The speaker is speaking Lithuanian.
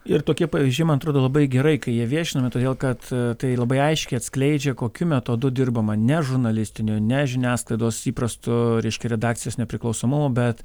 ir tokie pavyzdžiai man atrodo labai gerai kai jie viešinami todėl kad tai labai aiškiai atskleidžia kokiu metodu dirbama ne žurnalistiniu ne žiniasklaidos įprastu reiškia redakcijos nepriklausomumo bet